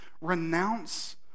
renounce